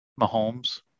Mahomes